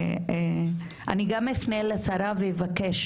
אני גם אפנה לשרה ואבקש